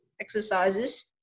exercises